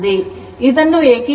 ಇದನ್ನು ಏಕೀಕರಣಗೊಳಿಸಿ